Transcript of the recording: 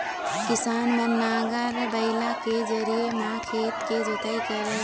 किसान मन नांगर, बइला के जरिए म खेत के जोतई करय